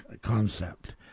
concept